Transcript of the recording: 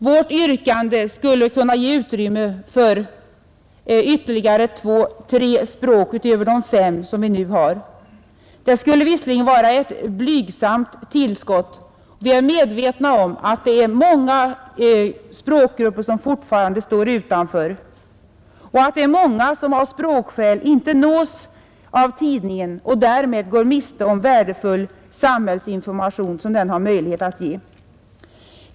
Vårt yrkande skulle kunna ge utrymme för ytterligare två, tre språk utöver de fem som vi nu har. Det skulle visserligen vara ett blygsamt tillskott — vi är medvetna om att många språkgrupper fortfarande står utanför och att ett stort antal invandrare alltså av språkskäl inte nås av tidningen och därmed går miste om värdefull samhällsinformation som den har möjlighet att ge.